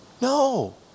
No